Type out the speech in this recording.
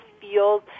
feels